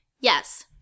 Yes